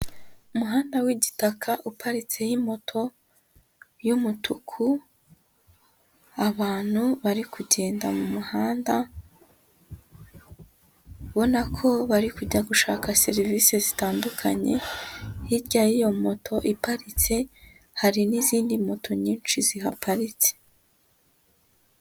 Umuhanda w'igitaka uparitse moto y'umutuku, abantu bari kugenda mu muhanda ubona ko bari kujya gushaka serivise zitandukanye, hirya y'iyo moto iparitse hari n'izindi moto nyinshi zihaparitse.